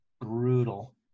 brutal